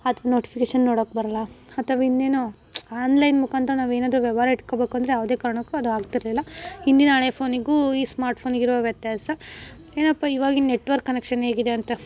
ಅಥ್ವಾ ನೋಟಿಫಿಕೇಶನ್ ನೋಡಕ್ಕೆ ಬರೊಲ್ಲ ಅಥ್ವ ಇನ್ನೇನೋ ಆನ್ಲೈನ್ ಮುಖಾಂತರ ನಾವೇನಾದ್ರೂ ವ್ಯವಹಾರ ಇಟ್ಕೋಬೇಕಂದರೆ ಯಾವುದೇ ಕಾರಣಕ್ಕೂ ಅದು ಆಗ್ತಿರಲಿಲ್ಲ ಹಿಂದಿನ ಹಳೇ ಫೋನಿಗೂ ಈ ಸ್ಮಾರ್ಟ್ ಫೋನಿಗಿರೋ ವ್ಯತ್ಯಾಸ ಏನಪ್ಪ ಇವಾಗಿನ ನೆಟ್ವರ್ಕ್ ಕನೆಕ್ಷನ್ ಹೇಗಿದೆ ಅಂತ